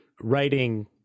writing